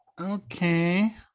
okay